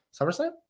SummerSlam